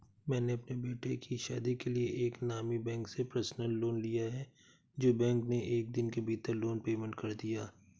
मैंने अपने बेटे की शादी के लिए एक नामी बैंक से पर्सनल लोन लिया है जो बैंक ने एक दिन के भीतर लोन पेमेंट कर दिया